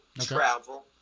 travel